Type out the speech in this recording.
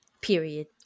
Period